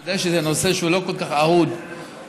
אני יודע שזה נושא שהוא לא כל כך אהוד במליאה